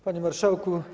Panie Marszałku!